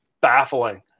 baffling